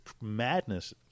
madness